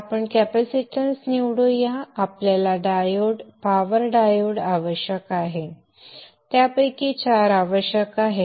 आपण कॅपेसिटन्स निवडू या आपल्याला डायोड पॉवर डायोड आवश्यक आहे त्यापैकी 4 आवश्यक आहेत